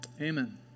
Amen